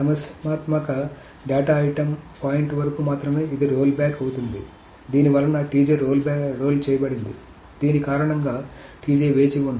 సమస్యాత్మక data item point వరకు మాత్రమే ఇది రోల్బ్యాక్ అవుతుంది దీని వలన రోల్ చేయబడింది దీని కారణంగా వేచి ఉంది